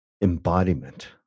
embodiment